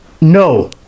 No